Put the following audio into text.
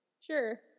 sure